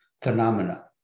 phenomena